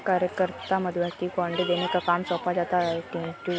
कार्यकर्ता मधुमक्खी को अंडे देने का काम सौंपा जाता है चिंटू